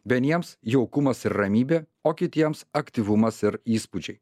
vieniems jaukumas ir ramybė o kitiems aktyvumas ir įspūdžiai